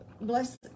bless